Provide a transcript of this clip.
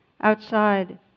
outside